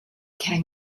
getting